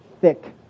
thick